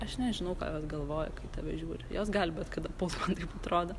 aš nežinau ką jos galvoja kai į tave žiūri jos gali bet kada pult man taip atrodo